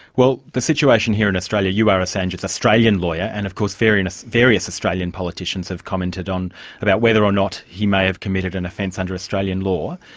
well the situation here in australia, you are assange's australian lawyer and of course various various australian politicians have commented on about whether or not he may have committed an offence under australian law.